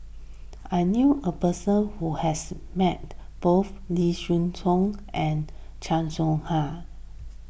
I knew a person who has met both Lim thean Soo and Chan Soh Ha